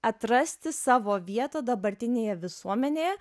atrasti savo vietą dabartinėje visuomenėje